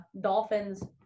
Dolphins